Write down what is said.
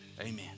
amen